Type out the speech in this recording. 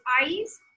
eyes